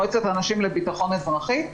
מועצת הנשים לביטחון אזרחי.